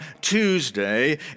Tuesday